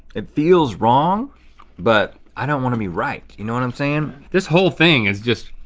it feels wrong but i don't wanna be right. you know what i'm saying? this whole thing is just